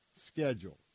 schedule